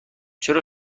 چرا